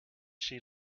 she